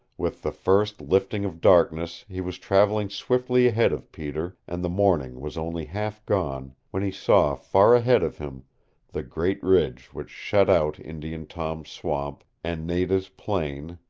with the first lifting of darkness he was traveling swiftly ahead of peter and the morning was only half gone when he saw far ahead of him the great ridge which shut out indian tom's swamp, and nada's plain,